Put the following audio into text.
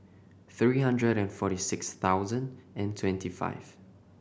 three hundred and forty six thousand and twenty five